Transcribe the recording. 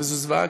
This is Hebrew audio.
וזו זוועה,